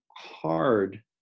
hard